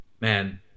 man